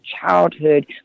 childhood